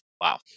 Wow